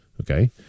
Okay